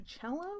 cello